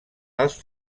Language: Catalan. els